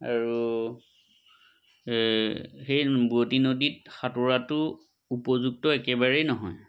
আৰু সেই বোৱঁতী নদীত সাঁতোৰাটো উপযুক্ত একেবাৰেই নহয়